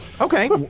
Okay